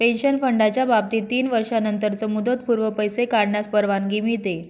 pension फंडाच्या बाबतीत तीन वर्षांनंतरच मुदतपूर्व पैसे काढण्यास परवानगी मिळते